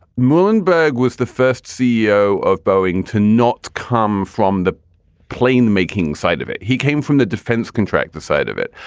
muhlenberg was the first ceo of boeing to not come from the plane making side of it. he came from the defense contract, the side of it,